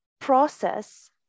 process